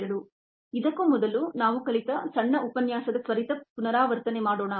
2 ಇದಕ್ಕೂ ಮೊದಲು ನಾವು ಕಲಿತ ಸಣ್ಣ ಉಪನ್ಯಾಸದ ತ್ವರಿತ ಪುನರಾವರ್ತನೆ ಮಾಡೋಣ